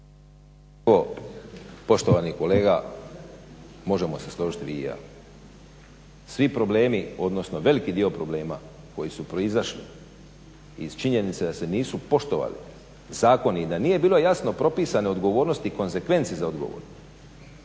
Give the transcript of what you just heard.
poštovani kolega, možemo se složiti vi i ja. Svi problemi, odnosno veliki dio problema koji su proizašli iz činjenice da se nisu poštovali zakoni i da nije bilo jasno propisane odgovornosti i konzekvence za odgovornost